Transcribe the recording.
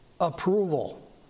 approval